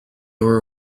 were